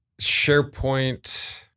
SharePoint